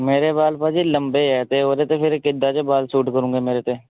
ਮੇਰੇ ਬਾਲ ਭਾਅ ਜੀ ਲੰਬੇ ਹੈ ਅਤੇ ਉਹਦੇ 'ਤੇ ਫਿਰ ਕਿੱਦਾਂ ਦੇ ਬਾਲ ਸੂਟ ਕਰੂੰਗੇ ਮੇਰੇ 'ਤੇ